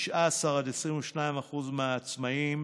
כ-19% עד 22% מהעצמאים